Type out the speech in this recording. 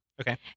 Okay